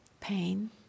pain